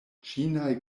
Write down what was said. ĉinaj